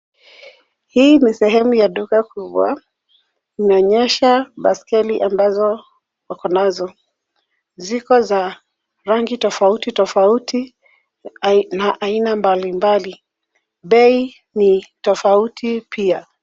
Hii ni sehemu ya duka kubwa inaonyesha baiskeli ambazo wako nazo ziko za rangi tofauti, tofauti na aina mbali mbali bei ni tofauti pia.